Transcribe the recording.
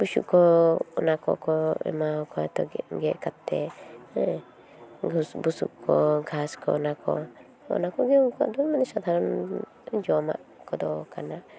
ᱵᱩᱥᱩᱵ ᱠᱚ ᱚᱱᱟ ᱠᱚᱠᱚ ᱮᱢᱟᱣ ᱠᱚᱣᱟ ᱛᱚ ᱜᱮᱫ ᱠᱟᱛᱮ ᱦᱮᱸ ᱜᱷᱟᱥ ᱵᱩᱥᱩᱵ ᱠᱚ ᱜᱷᱟᱥ ᱠᱚ ᱚᱱᱟᱠᱚ ᱚᱱᱟᱠᱚᱜᱮ ᱩᱱᱠᱩᱣᱟᱜ ᱫᱚ ᱥᱟᱫᱷᱟᱨᱚᱱ ᱡᱚᱢᱟᱜ ᱠᱚᱫᱚ ᱠᱟᱱᱟ ᱦᱮᱸ